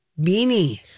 beanie